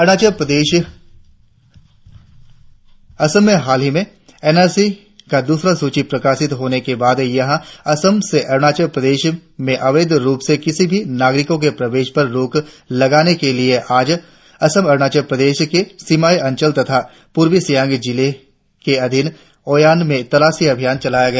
असम में हाल ही में एनआरसी का दूसरी सूची प्रकाशित होने के बाद यहां असम से अरुणाचल प्रदेश में अवैध रुप से किसी भी नागरिक के प्रवेश पर रोक लगाने के लिये आज असम अरुणाचल प्रदेश के सीमाई अंचल तथा पूर्वी सियांग जिले के अधीन ओयांन में तलाशी अभियान चलाया गया